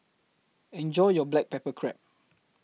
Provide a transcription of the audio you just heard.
Enjoy your Black Pepper Crab